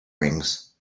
wings